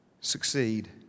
succeed